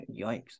yikes